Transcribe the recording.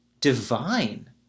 Divine